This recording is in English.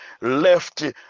left